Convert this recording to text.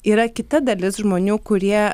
yra kita dalis žmonių kurie